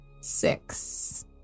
Six